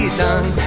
done